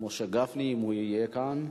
חבר הכנסת משה גפני, אם הוא יהיה כאן.